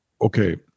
Okay